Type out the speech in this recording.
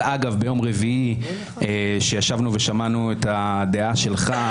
אגב, ביום רביעי כשישבנו ושמענו את הדעה שלך,